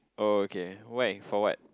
oh okay when for what